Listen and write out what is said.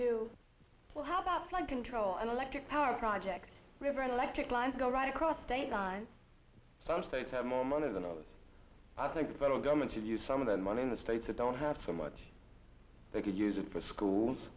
do well how about flight control and electric power projects river electric lines go right across state lines some states have more money than others i think the federal government should use some of that money in the states that don't have so much they can use it for schools